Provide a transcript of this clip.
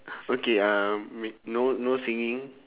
okay um m~ no no singing